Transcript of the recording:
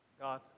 God